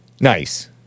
Nice